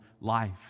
life